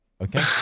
okay